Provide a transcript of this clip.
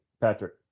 patrick